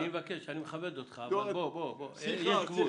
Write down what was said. אני מכבד אותך, אבל יש גבול.